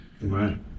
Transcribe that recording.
Right